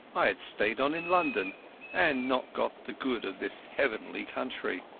i had stayed on in london and not got the good of this heavenly country.